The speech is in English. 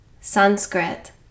Sanskrit